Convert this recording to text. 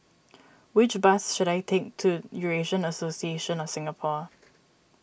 which bus should I take to Eurasian Association of Singapore